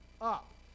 up